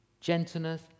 gentleness